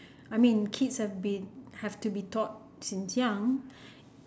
I mean kids have been have to be taught since young